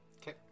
Okay